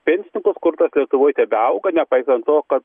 pensininkų skurdas lietuvoje tebeauga nepaisant to kad